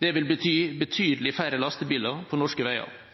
Det vil bety betydelig færre lastebiler på norske veier.